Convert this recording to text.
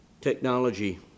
technology